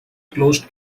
closed